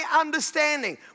understanding